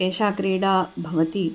एषा क्रीडा भवति